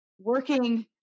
working